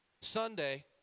Sunday